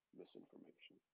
misinformation